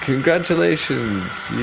congratulations!